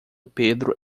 pedro